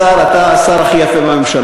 אם הגעת, אדוני השר, אתה השר הכי יפה בממשלה.